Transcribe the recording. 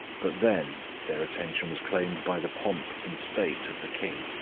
but then their attention was claimed by the pomp and state of the king,